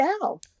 now